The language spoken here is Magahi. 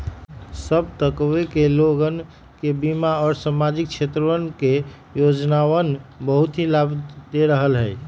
सब तबके के लोगन के बीमा और सामाजिक क्षेत्रवा के योजनावन बहुत ही लाभ दे रहले है